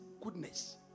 goodness